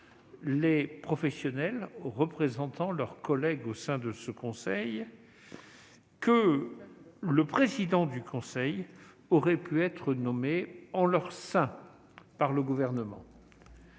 les professionnels représentant leurs collègues au sein de ce Conseil, nous avions pensé que son président aurait pu être nommé en son sein par le Gouvernement,